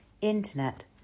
Internet